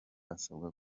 asabwa